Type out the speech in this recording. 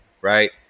right